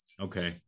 Okay